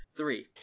three